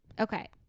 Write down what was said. Okay